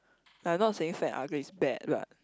like not saying fat and ugly is bad lah